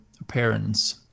appearance